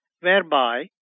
whereby